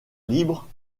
libre